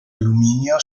alluminio